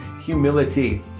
humility